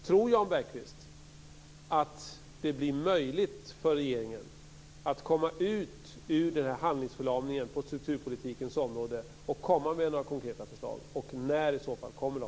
Tror Jan Bergqvist att det blir möjligt för regeringen att komma ut ur handlingsförlamningen på strukturpolitikens område och komma med några konkreta förslag, och när i så fall kommer de?